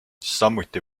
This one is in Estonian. samuti